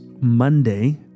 Monday